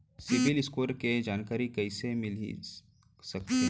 CIBIL score के जानकारी कइसे मिलिस सकथे?